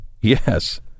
Yes